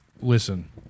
listen